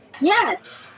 Yes